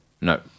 No